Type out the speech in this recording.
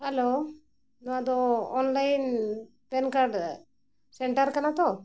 hello ᱱᱚᱣᱟ ᱫᱚ online PAN card centre ᱠᱟᱱᱟ ᱛᱚ